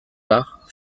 par